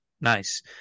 Nice